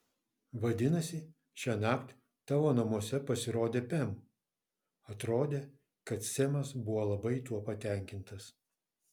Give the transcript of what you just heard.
vadinasi šiąnakt tavo namuose pasirodė pem atrodė kad semas buvo labai tuo patenkintas